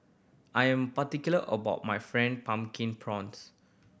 I am particular about my Fried Pumpkin Prawns